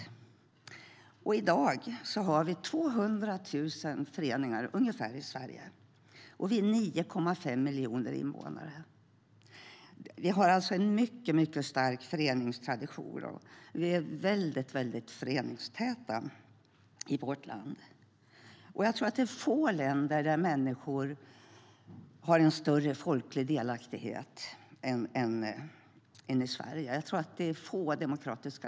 I dag finns det ungefär 200 000 föreningar i Sverige, och vi är 9,5 miljoner invånare. Vi har alltså en mycket stark föreningstradition, och vi är väldigt föreningstäta i vårt land. Jag tror att det är få demokratiska länder där människor har en större folklig delaktighet jämfört med Sverige.